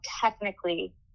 technically